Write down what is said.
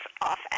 off